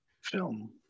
film